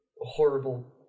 horrible